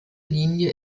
linie